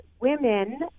women